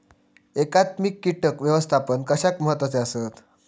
एकात्मिक कीटक व्यवस्थापन कशाक महत्वाचे आसत?